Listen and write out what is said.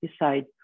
decide